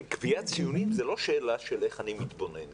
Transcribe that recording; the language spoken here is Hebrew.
קביעת ציונים זה לא שאלה של איך אני מתבונן על זה.